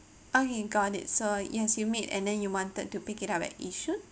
okay got it so yes you made and then you wanted to pick it up at yishun